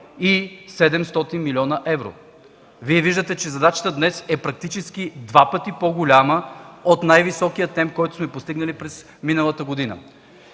и 700 млн. евро. Виждате, че задачата днес е практически два пъти по-голяма от най-високия темп, който сме постигнали през миналата година.